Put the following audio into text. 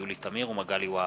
יולי תמיר ומגלי והבה.